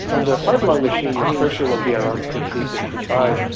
on the heart-lung machine your pressure will be around sixty, sixty five,